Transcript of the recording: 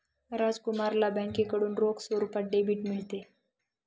राजकुमारला बँकेकडून रोख स्वरूपात डेबिट मिळते